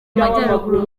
amajyaruguru